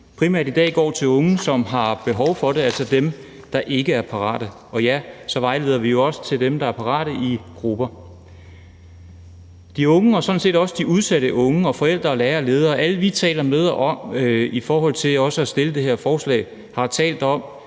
primært rettet mod unge, der har behov for det, altså til dem, der ikke er parate. Vi vejleder jo også dem, der er parate, i grupper. De unge og sådan set også de udsatte unge, forældre, lærere og ledere og også os, der har fremsat det her forslag, har talt om,